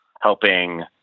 helping